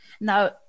now